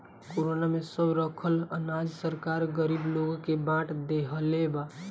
corona में सब रखल अनाज सरकार गरीब लोग के बाट देहले बा